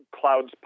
Clouds